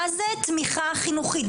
מה זה תמיכה חינוכית?